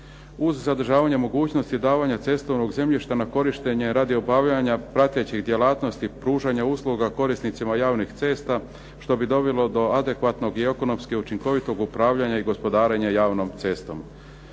Uz zadržavanje mogućnosti davanja cestovnog zemljišta na korištenje radi obavljanja pratećih djelatnosti, pružanja usluga korisnicima javnih cesta što bi dovelo do adekvatnog i ekonomski učinkovitog upravljanja i gospodarenja javnom cestom.